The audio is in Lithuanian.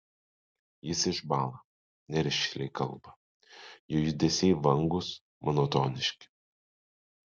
jis išbąla nerišliai kalba jo judesiai vangūs monotoniški